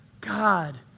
God